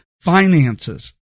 finances